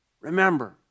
remember